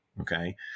okay